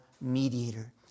mediator